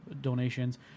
donations